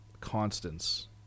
constants